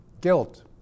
guilt